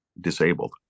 disabled